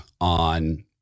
on